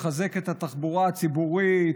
לחזק את התחבורה הציבורית,